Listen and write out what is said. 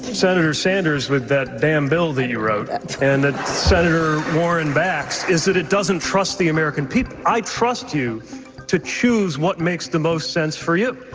senator sanders, with that damn bill that you wrote and and that senator warren backs, is that it doesn't trust the american people. i trust you to choose what makes the most sense for you.